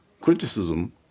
criticism